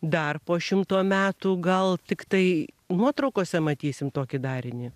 dar po šimto metų gal tiktai nuotraukose matysim tokį darinį